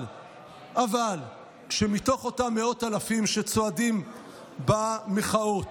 אבל כשמתוך אותם מאות אלפים שצועדים במחאות